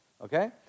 okay